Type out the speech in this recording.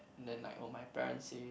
then like oh my parents say